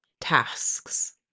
tasks